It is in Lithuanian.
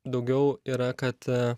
daugiau yra kad